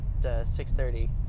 6.30